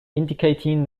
indicating